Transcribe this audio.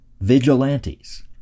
vigilantes